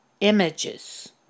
images